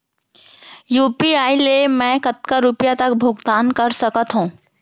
UPI ले मैं कतका रुपिया तक भुगतान कर सकथों